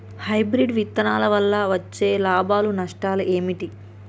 Hybrid విత్తనాల వల్ల వచ్చే లాభాలు నష్టాలు ఏమిటి?